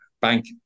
bank